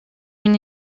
une